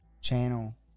channel